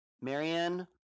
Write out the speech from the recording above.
Marianne